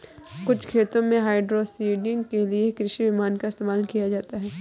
कुछ खेतों में हाइड्रोसीडिंग के लिए कृषि विमान का इस्तेमाल किया जाता है